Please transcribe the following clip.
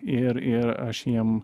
ir ir aš jiem